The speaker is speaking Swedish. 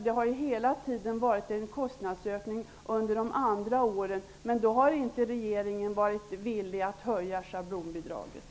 Det har hela tiden skett en kostnadsökning, men regeringen har tidigare inte varit villig att höja schablonbidragen.